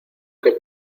que